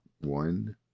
one